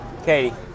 Katie